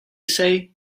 say